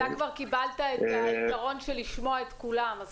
אתה כבר קיבלת את היתרון של לשמוע את כולם אז